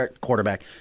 quarterback